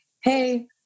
hey